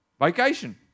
vacation